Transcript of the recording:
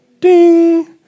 ding